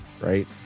right